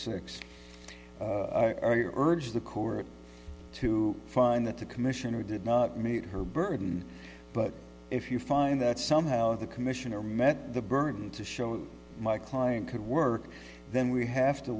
six urged the court to find that the commissioner did not meet her burden but if you find that somehow the commissioner met the burden to show my client could work then we have to